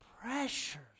pressures